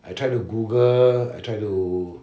I tried to google I tried to